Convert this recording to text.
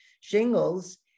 shingles